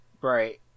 Right